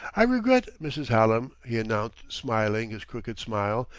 i regret, mrs. hallam, he announced, smiling his crooked smile,